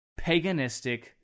paganistic